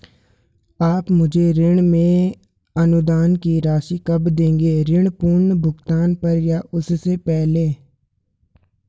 आप मुझे ऋण में अनुदान की राशि कब दोगे ऋण पूर्ण भुगतान पर या उससे पहले?